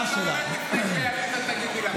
אני לא ארד עד שעליזה תגיד לי לרדת.